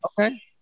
okay